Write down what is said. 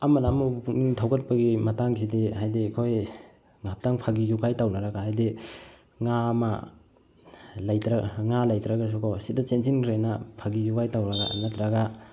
ꯑꯃꯅ ꯑꯃꯕꯨ ꯄꯨꯛꯅꯤꯡ ꯊꯧꯒꯠꯄꯒꯤ ꯃꯇꯥꯡꯁꯤꯗꯤ ꯍꯥꯏꯗꯤ ꯑꯩꯩꯈꯣꯏ ꯉꯥꯏꯍꯥꯛꯇꯪ ꯐꯥꯒꯤ ꯖꯣꯒꯥꯏ ꯇꯧꯅꯔꯒ ꯍꯥꯏꯗꯤ ꯉꯥ ꯑꯃ ꯉꯥ ꯇꯧꯇ꯭ꯔꯒꯁꯨꯀꯣ ꯁꯤꯗ ꯆꯦꯟꯁꯤꯟꯈ꯭ꯔꯦꯅ ꯐꯥꯒꯤ ꯖꯣꯒꯥꯏ ꯇꯧꯔꯒ ꯅꯠꯇ꯭ꯔꯒ